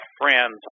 friends